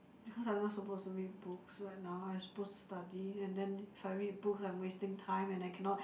because I'm not supposed to read books right now I supposed to study and then if I read books I'm wasting time and I cannot